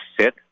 sit